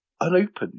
unopened